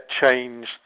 change